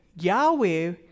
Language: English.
Yahweh